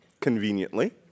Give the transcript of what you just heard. conveniently